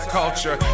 culture